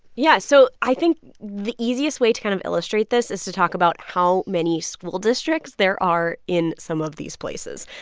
yeah. so i think the easiest way to kind of illustrate this is to talk about how many school districts there are in some of these places.